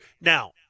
Now